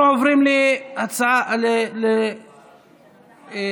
עשרה חברי כנסת בעד, אין מתנגדים, אין נמנעים.